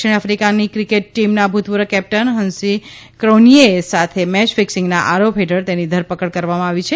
દક્ષિણ આફિકાની ક્રિકેટ ટીમના ભૂતપૂર્વ કેપ્ટન હંસી ક્રોનિયે સાથે મેચ ફીકસીંગના આરોપ હેઠળ તેની ધરપકડ કરવામાં આવી છે